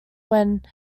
when